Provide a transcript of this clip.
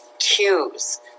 cues